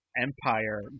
empire